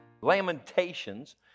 Lamentations